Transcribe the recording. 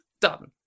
done